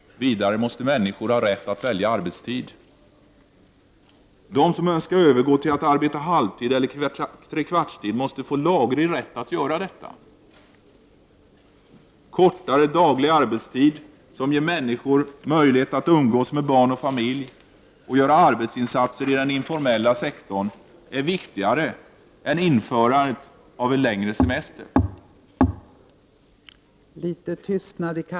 Vidare måste människor ha rätt att välja arbetstid. De som önskar övergå till att arbeta halvtid eller trekvartstid måste få laglig rätt att göra detta. Kortare daglig arbetstid som ger människor möjlighet att umgås med barn och familj och göra arbetsinsatser i den informella sektorn är viktigare än införandet av en längre semester.